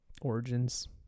Origins